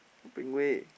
Ping Wei